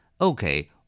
Okay